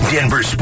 Denver